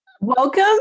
Welcome